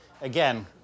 again